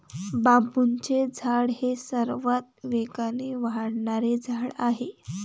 बांबूचे झाड हे सर्वात वेगाने वाढणारे झाड आहे